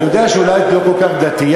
אני יודע שאולי את לא כל כך דתייה,